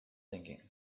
thinking